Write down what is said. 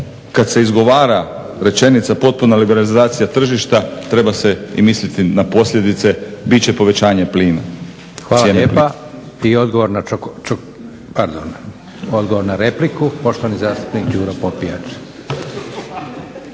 kad se izgovara rečenica potpuna liberalizacija tržišta treba se i misliti na posljedice. Bit će povećanje plina cijena. **Leko, Josip (SDP)** Hvala lijepa. I odgovor na repliku poštovani zastupnik Đuro Popijač.